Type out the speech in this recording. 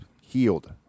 healed